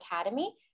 Academy